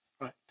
Right